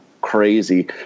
crazy